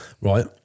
right